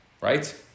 Right